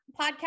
podcast